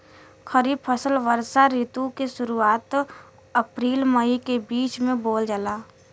खरीफ फसल वषोॅ ऋतु के शुरुआत, अपृल मई के बीच में बोवल जाला